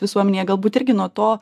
visuomenėje galbūt irgi nuo to